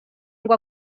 ngo